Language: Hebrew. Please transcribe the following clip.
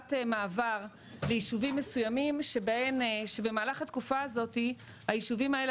תקופת מעבר לישובים מסוימים שבמהלך התקופה הזאת הישובים האלה